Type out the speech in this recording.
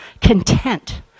content